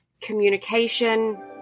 communication